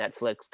Netflix